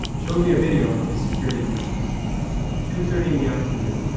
showed me a video from his security cameras two thirty in the afternoon,